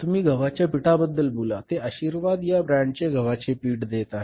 तुम्ही गव्हाच्या पिठाबद्दल बोला ते आशीर्वाद या ब्रँडचे गव्हाचे पीठ देत आहेत